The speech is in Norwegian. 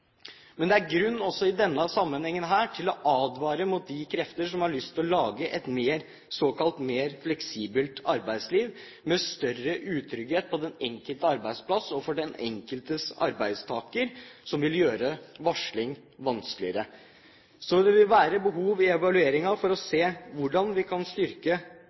Men det er grunn til også i denne sammenhengen å advare mot de krefter som har lyst til å lage et såkalt mer fleksibelt arbeidsliv, med større utrygghet på den enkelte arbeidsplass og for den enkeltes arbeidstaker, noe som vil gjøre varsling vanskeligere. Det vil i evalueringen være behov for å se på hvordan vi kan styrke